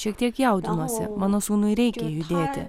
šiek tiek jaudinuosi mano sūnui reikia judėti